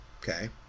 Okay